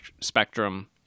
spectrum